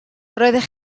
roeddech